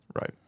Right